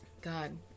god